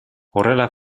horrela